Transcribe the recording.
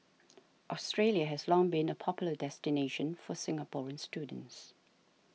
Australia has long been a popular destination for Singaporean students